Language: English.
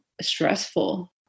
stressful